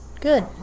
good